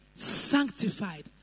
Sanctified